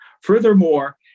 Furthermore